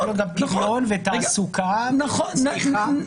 יש לנו גם פדיון, תעסוקה, צריכה.